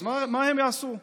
אז מה הם יעשו?